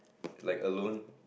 like alone